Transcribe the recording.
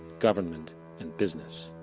government and business.